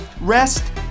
rest